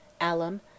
alum